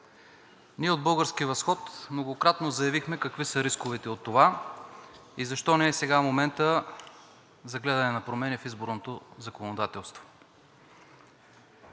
Ние от „Български възход“ многократно заявихме какви са рисковете от това и защо не е сега моментът за гледане на промени в изборното законодателство.